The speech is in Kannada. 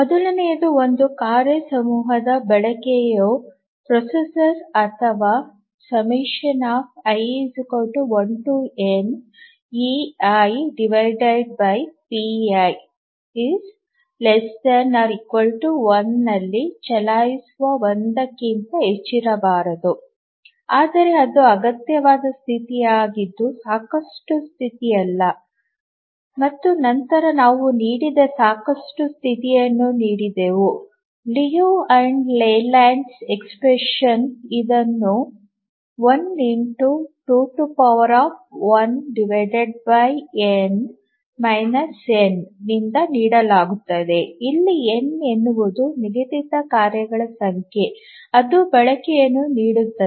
ಮೊದಲನೆಯದು ಒಂದು ಕಾರ್ಯ ಸಮೂಹದ ಬಳಕೆಯು ಯುನಿಪ್ರೊಸೆಸರ್ ಅಥವಾ i1neipi1 ನಲ್ಲಿ ಚಲಾಯಿಸಲು 1 ಕ್ಕಿಂತ ಹೆಚ್ಚಿರಬಾರದು ಆದರೆ ಅದು ಅಗತ್ಯವಾದ ಸ್ಥಿತಿಯಾಗಿದ್ದು ಸಾಕಷ್ಟು ಸ್ಥಿತಿಯಲ್ಲ ಮತ್ತು ನಂತರ ನಾವು ನೀಡಿದ ಸಾಕಷ್ಟು ಸ್ಥಿತಿಯನ್ನು ನೋಡಿದೆವು ಲಿಯು ಮತ್ತು ಲೇಲ್ಯಾಂಡ್ಸ್ ಅಭಿವ್ಯಕ್ತಿಗಳು ಇದನ್ನು n ನಿಂದ ನೀಡಲಾಗುತ್ತದೆ ಇಲ್ಲಿ n ಎನ್ನುವುದು ನಿಗದಿತ ಕಾರ್ಯಗಳ ಸಂಖ್ಯೆ ಅದು ಬಳಕೆಯನ್ನು ನೀಡುತ್ತದೆ